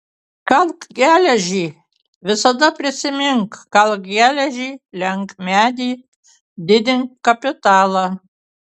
kalk geležį visada prisimink kalk geležį lenk medį didink kapitalą